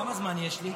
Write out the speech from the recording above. כמה זמן יש לי?